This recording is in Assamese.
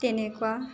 তেনেকুৱা